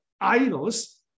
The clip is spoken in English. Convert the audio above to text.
idols